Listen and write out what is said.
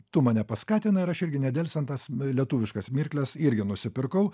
tu mane paskatinai ir aš irgi nedelsiant tas lietuviškas mirkles irgi nusipirkau